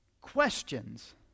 questions